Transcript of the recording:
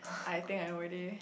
I think I know already